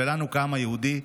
ולנו כעם היהודי,